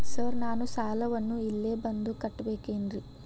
Sir ನಾನು ಸಾಲವನ್ನು ಇಲ್ಲೇ ಬಂದು ಕಟ್ಟಬೇಕೇನ್ರಿ?